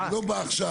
אני לא בא עכשיו,